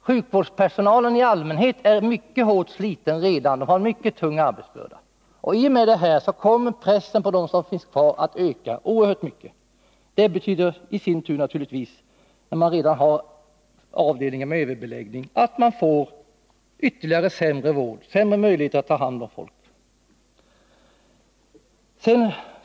Sjukvårdspersonalen i allmänhet är redan mycket hårt sliten och har en tung arbetsbörda. I och med detta kommer pressen på dem som finns kvar att öka oerhört mycket. Det betyder i sin tur naturligtvis, när man redan har avdelningar med överbeläggning, att vi får en ytterligare sämre vård och sämre möjligheter att ta hand om folk.